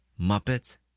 Muppets